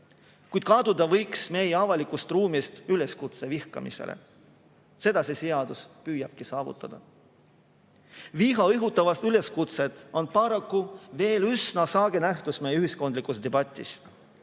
kao kuhugi, kuid meie avalikust ruumist võiks kaduda üleskutse vihkamisele. Seda see seadus püüabki saavutada. Viha õhutavad üleskutsed on paraku veel üsna sage nähtus meie ühiskondlikus debatis.